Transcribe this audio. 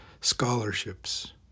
scholarships